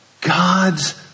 God's